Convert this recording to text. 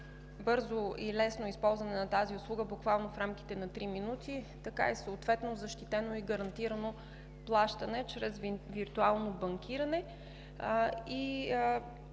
бързо и лесно използване на тази услуга – буквално в рамките на три минути, така и съответно защитено и гарантирано плащане чрез виртуално банкиране.